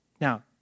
Now